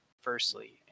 firstly